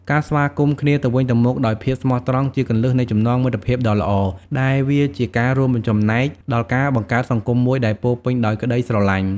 ការស្វាគមន៍គ្នាទៅវិញទៅមកដោយភាពស្មោះត្រង់ជាគន្លឹះនៃចំណងមិត្តភាពដ៏ល្អ ដែលវាជាការរួមចំណែកដល់ការបង្កើតសង្គមមួយដែលពោរពេញដោយក្តីស្រឡាញ់។